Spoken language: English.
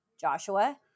Joshua